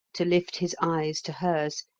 to lift his eyes to hers,